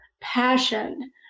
passion